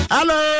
Hello